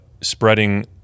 spreading